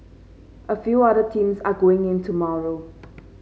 a few other teams are going in tomorrow